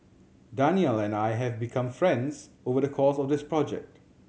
Danial and I have become friends over the course of this project